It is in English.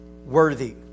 Worthy